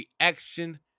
reaction